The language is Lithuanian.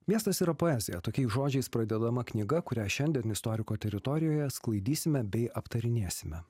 miestas yra poezija tokiais žodžiais pradedama knyga kurią šiandien istoriko teritorijoje sklaidysime bei aptarinėsime